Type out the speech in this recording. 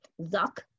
Zuck